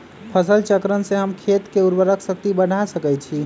फसल चक्रण से हम खेत के उर्वरक शक्ति बढ़ा सकैछि?